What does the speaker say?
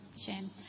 shame